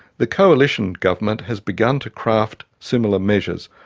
the coalition government has begun to craft similar measures,